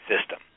system